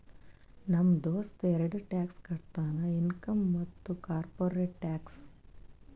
ನಮ್ ದೋಸ್ತ ಎರಡ ಟ್ಯಾಕ್ಸ್ ಕಟ್ತಾನ್ ಇನ್ಕಮ್ ಮತ್ತ ಕಾರ್ಪೊರೇಟ್ ಟ್ಯಾಕ್ಸ್